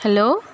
hello